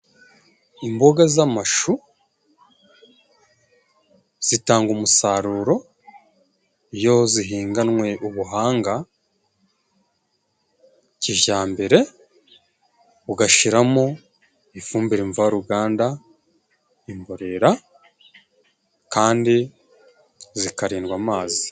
Imboga z'amashu zitanga umusaruro, iyo zihinganwe ubuhanga kijyambere, ugashiramo ifumbire mvaruganda, imborera, kandi zikarindwa amazi.